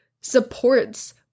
supports